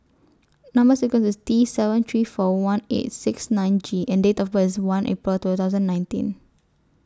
Number sequence IS T seven three four one eight six nine J and Date of birth IS one April two thousand nineteen